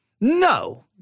no